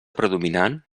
predominant